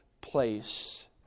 place